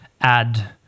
add